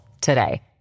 today